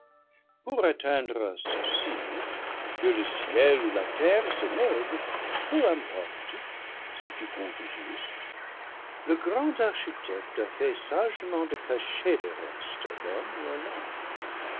pour atteindre à ceci que le ciel ou la terre se meuvent peu importe si tu comptes juste le grand architecte a fait sagement de cacher le reste à l'homme ou